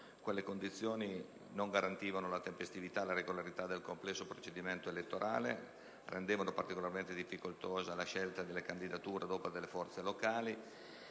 Quelle condizioni non garantivano le tempestività e la regolarità del complesso procedimento elettorale e rendevano particolarmente difficoltosa la scelta delle candidature ad opera delle forze politiche